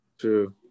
True